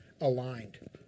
aligned